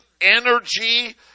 energy